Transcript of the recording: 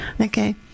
Okay